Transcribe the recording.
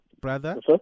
Brother